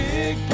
Big